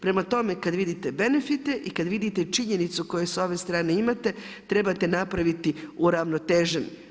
Prema tome, kad vidite benefite i kad vidite činjenicu koju s ove strane imate trebate napraviti uravnotežen.